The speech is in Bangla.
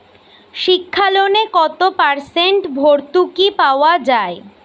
শিক্ষা লোনে কত পার্সেন্ট ভূর্তুকি পাওয়া য়ায়?